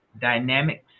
Dynamics